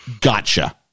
gotcha